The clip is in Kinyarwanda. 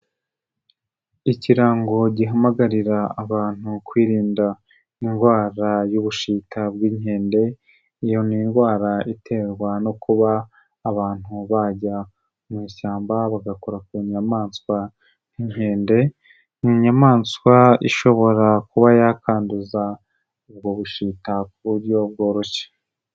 Ikirango gihamagarira abantu kwirinda indwara y'Ubushita bw'Inkende, iyo ni ndwara iterwa no kuba abantu bajya mu ishyamba bagakora ku nyamaswa nk'inkende, ni inyamaswa ishobora kuba yakanduza ubwo bushita ku buryo bworoshye.